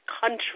country